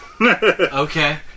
Okay